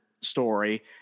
story